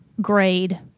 grade